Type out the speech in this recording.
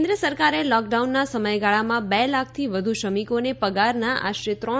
કેન્દ્ર સરકારે લોકડાઉનના સમયગાળામાં બે લાખથી વધુ શ્રમિકોને પગારના આશરે ત્રણ